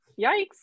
yikes